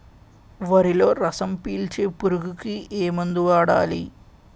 వరిలో రసం పీల్చే పురుగుకి ఏ మందు వాడాలి?